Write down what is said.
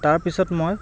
তাৰপিছত মই